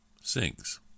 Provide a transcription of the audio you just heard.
sings